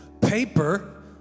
Paper